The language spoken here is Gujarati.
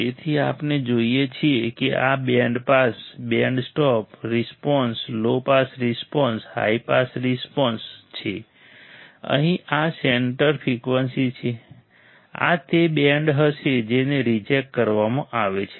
તેથી આપણે જોઈએ છીએ કે આ band pass band stop response low pass response high pass response છે અને અહીં આ સેન્ટર ફ્રીક્વન્સી છે આ તે બેન્ડ હશે જેને રિજેક્ટ કરવામાં આવે છે